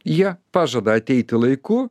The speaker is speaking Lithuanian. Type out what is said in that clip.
jie pažada ateiti laiku